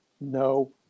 No